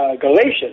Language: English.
Galatians